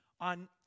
on